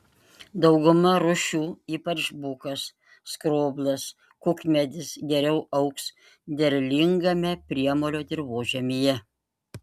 dauguma rūšių ypač bukas skroblas kukmedis geriau augs derlingame priemolio dirvožemyje